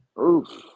Oof